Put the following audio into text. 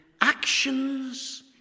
actions